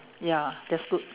ya lah that's good